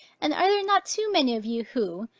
and are there not too many of you who,